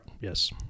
yes